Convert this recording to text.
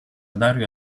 dario